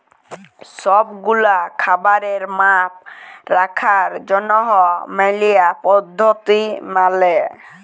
সব গুলা খাবারের মাপ রাখার জনহ ম্যালা পদ্ধতি মালে